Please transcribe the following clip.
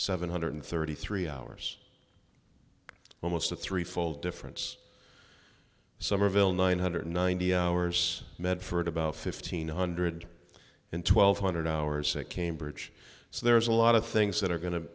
seven hundred thirty three hours almost a three fold difference summerville nine hundred ninety hours medford about fifteen hundred and twelve hundred hours said cambridge so there's a lot of things that are going to